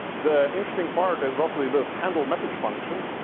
the interesting part is roughly this handle message function.